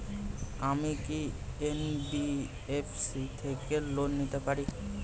আমি কি এন.বি.এফ.সি থেকে লোন নিতে পারি?